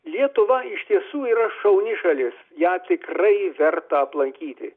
lietuva iš tiesų yra šauni šalis ją tikrai verta aplankyti